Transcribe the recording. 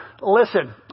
Listen